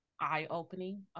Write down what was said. eye-opening